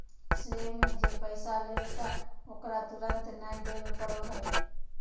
श्रेय में जे पैसा लेलकय ओकरा तुरंत नय देबे पड़ो हइ